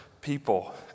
people